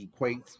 equates